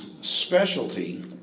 specialty